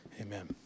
Amen